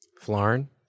Florin